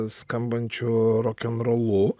skambančiu rokenrolu